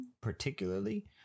particularly